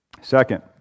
Second